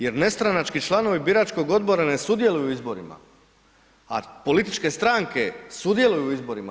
Jer nestranački članovi biračkog odbora ne sudjeluju u izborima a političke stranke sudjeluju u izborima.